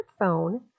smartphone